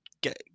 get